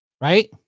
Right